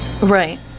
right